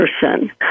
person